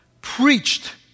preached